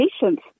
patient's